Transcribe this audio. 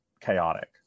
chaotic